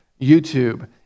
YouTube